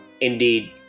Indeed